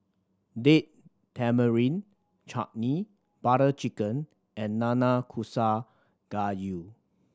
Date Tamarind Chutney Butter Chicken and Nanakusa Gayu